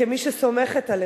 כמי שסומכת עליך,